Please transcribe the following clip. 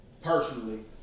personally